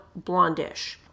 blondish